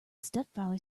stepfather